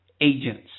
agents